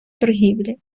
торгівлі